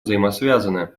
взаимосвязаны